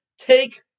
take